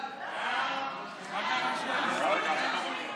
להעביר את הצעת חוק הגנת הצרכן (תיקון,